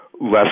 less